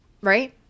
right